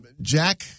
Jack